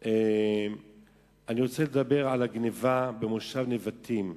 אני רוצה לדבר על הגנבה במושב נבטים,